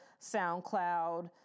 SoundCloud